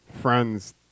Friends